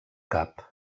cap